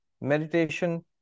meditation